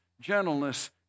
gentleness